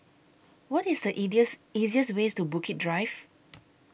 What IS The easiest Way to Bukit Drive